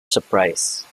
surprise